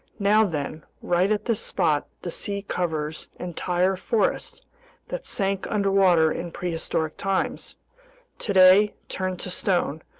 now then, right at this spot the sea covers entire forests that sank underwater in prehistoric times today, turned to stone,